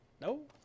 no